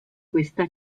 questa